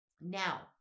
Now